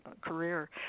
career